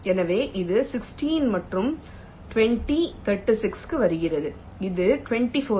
எனவே இது 16 மற்றும் 20 36 க்கு வருகிறது இது 24 ஆகும்